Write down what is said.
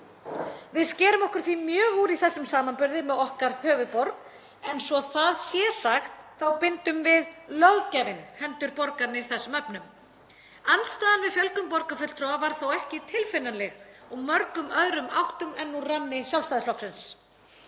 Við skerum okkur því mjög úr í þessum samanburði með okkar höfuðborg. En svo að það sé sagt bindum við, löggjafinn, hendur borgararnir í þessum efnum. Andstaðan við fjölgun borgarfulltrúa var þó ekki tilfinnanleg úr mörgum öðrum áttum en úr ranni Sjálfstæðisflokksins.